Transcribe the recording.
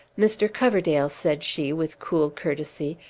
mr. coverdale, said she, with cool courtesy,